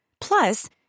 Plus